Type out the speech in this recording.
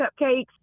cupcakes